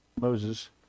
Moses